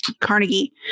Carnegie